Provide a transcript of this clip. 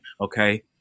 okay